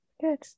Good